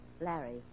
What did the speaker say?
Larry